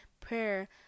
prayer